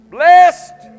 Blessed